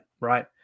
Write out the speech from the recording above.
right